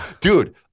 dude